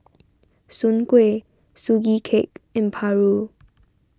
Soon Kuih Sugee Cake and Paru